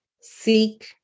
seek